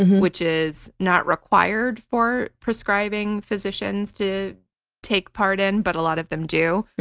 which is not required for prescribing physicians to take part in, but a lot of them do.